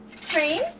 Trains